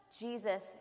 Jesus